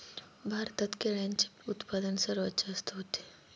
भारतात केळ्यांचे उत्पादन सर्वात जास्त होते